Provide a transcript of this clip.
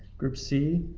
group c,